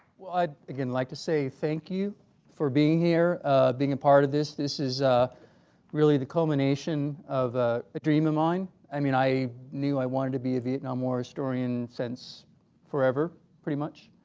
i'd like to say thank you for being here being a part of this this is really the culmination of a dream of mine i mean i knew i wanted to be a vietnam war historian since forever pretty much.